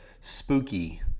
spooky